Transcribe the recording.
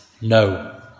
no